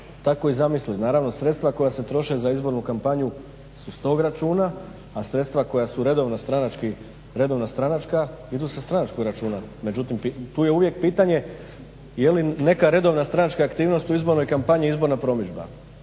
tako zamislili. Naravno sredstva koja se troše za izbornu kampanju s tog računa, a sredstva koja su redovna stranačka idu sa stranačkog računa. Međutim, tu je uvijek pitanje je li neka redovna stranačka aktivnost u izbornoj kampanji izborna promidžba.